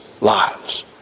lives